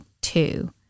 two